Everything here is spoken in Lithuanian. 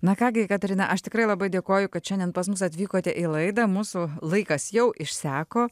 na ką gi katarina aš tikrai labai dėkoju kad šiandien pas mus atvykote į laidą mūsų laikas jau išseko